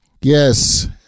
Yes